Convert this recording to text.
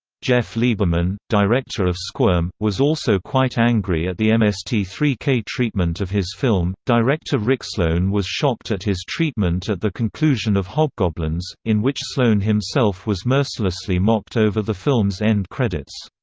jeff lieberman, director of squirm, was also quite angry at the m s t three k treatment of his film director rick sloane was shocked at his treatment at the conclusion of hobgoblins, in which sloane himself was mercilessly mocked over the film's end credits.